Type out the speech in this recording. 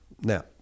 Now